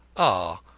ah,